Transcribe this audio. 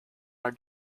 our